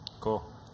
Cool